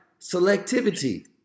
selectivity